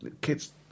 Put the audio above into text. kids